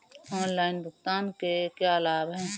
Online भुगतान के क्या लाभ हैं?